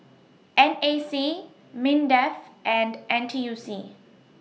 N A C Mindef and N T U C